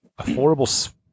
Affordable